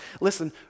Listen